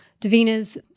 Davina's